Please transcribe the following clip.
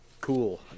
Cool